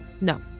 No